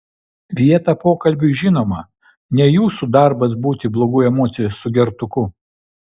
vietą pokalbiui žinoma ne jūsų darbas būti blogų emocijų sugertuku